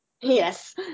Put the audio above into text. Yes